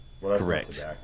Correct